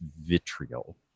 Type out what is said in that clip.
vitriol